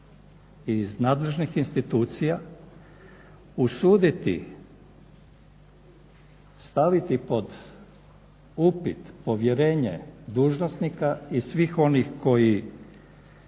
iz nadležnih institucija usuditi staviti pod upit povjerenje dužnosnika i svih onih koji